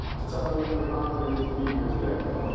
to tell tell you what an honor it is to be here today.